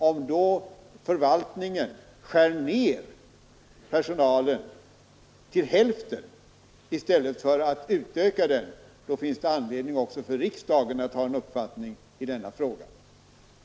Om då förvaltningen skär ned personalen till hälften i stället för att utöka den, finns det anledning också för riksdagen att ha en uppfattning i denna fråga.